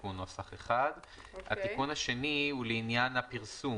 התיקון השני הוא לעניין הפרסום.